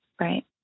Right